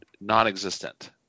non-existent